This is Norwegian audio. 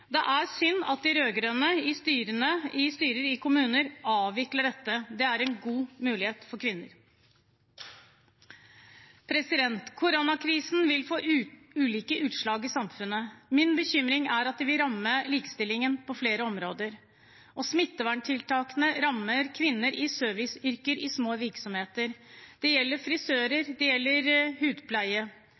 Det er synd at de rød-grønne i styrer i kommuner avvikler dette. Det er en god mulighet for kvinner. Koronakrisen vil få ulike utslag i samfunnet. Min bekymring er at det vil ramme likestillingen på flere områder. Smitteverntiltakene rammer kvinner i små virksomheter i serviceyrker – det gjelder frisører, og det gjelder hudpleie.